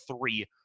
three